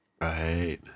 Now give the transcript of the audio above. Right